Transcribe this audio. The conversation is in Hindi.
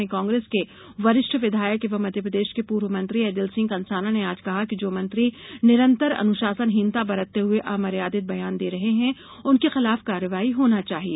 वहीं कांग्रेस के वरिष्ठ विधायक एवं मध्यप्रदेश के पूर्व मंत्री ऐदल सिंह कंसाना ने आज कहा कि जो मंत्री निरंतर अनुशासनहीनता बरतते हुए अमर्यादित बयान दे रहे हैं उनके खिलाफ कार्रवाई होना चाहिए